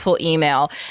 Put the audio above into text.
email